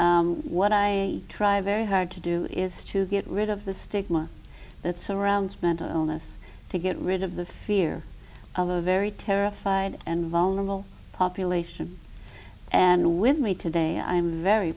and what i try very hard to do is to get rid of the stigma that surrounds mental illness to get rid of the fear of a very terrified and vulnerable population and with me today i'm very